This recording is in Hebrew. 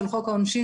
של חוק העונשין,